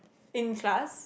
in class